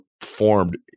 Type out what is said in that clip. formed